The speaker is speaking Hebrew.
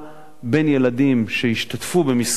בין השתתפות ילדים במסגרות